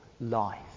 life